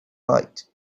light